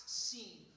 scene